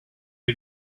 you